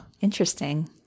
Interesting